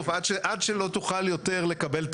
אז למה הוא לא יכול להיות תושב עיר שכנה?